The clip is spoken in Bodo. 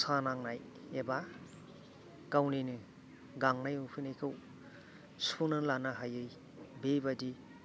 रसा नांनाय एबा गावनिनो गांनाय उखैनायखौ सुफुंनानै लानो हायै बेबादि